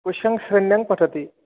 कस्यां शल्यां पठति